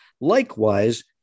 likewise